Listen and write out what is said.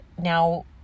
now